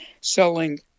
selling